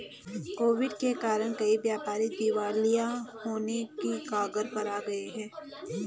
Covid के कारण कई व्यापारी दिवालिया होने की कगार पर आ गए हैं